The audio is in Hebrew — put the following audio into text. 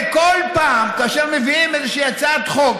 כל פעם כאשר מביאים איזושהי הצעת חוק